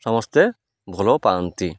ସମସ୍ତେ ଭଲ ପାଆନ୍ତି